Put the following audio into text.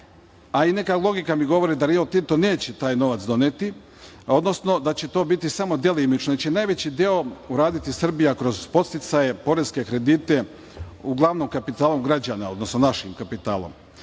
a i neka logika mi govori da Rio Tinto neće taj novac doneti, odnosno da će to biti samo delimično, da će najveći deo uraditi Srbija kroz podsticaje, poreske kredite, uglavnom kapitalom građana, odnosno našim kapitalom.